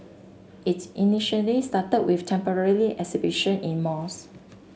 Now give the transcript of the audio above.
it's initially started with temporary exhibition in malls